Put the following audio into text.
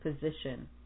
position